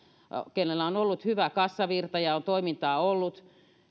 joilla on ollut hyvä kassavirta ja on toimintaa ollut